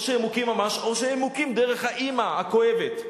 או שהם מוכים דרך האמא הכואבת.